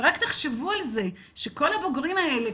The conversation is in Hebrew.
ורק תחשבו על זה שכל הבוגרים האלה,